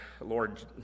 Lord